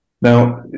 Now